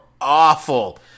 awful